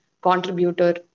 contributor